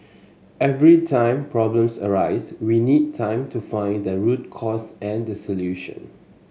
every time problems arise we need time to find the root cause and the solution